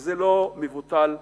וזה לא מבוטל בכלל.